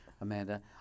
Amanda